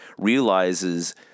realizes